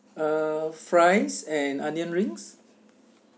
uh fries and onion rings